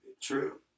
True